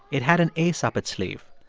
it had an ace up its sleeve,